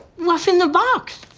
what's in the box?